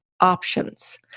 options